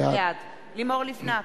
בעד לימור לבנת,